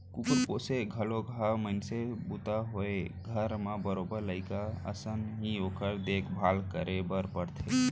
कुकुर पोसे घलौक ह अइसने बूता नोहय घर म बरोबर लइका असन ही ओकर देख भाल करे बर परथे